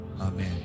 Amen